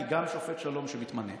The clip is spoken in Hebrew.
כי גם שופט שלום שמתמנה